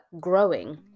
growing